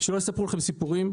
שלא יספרו לכם סיפורים.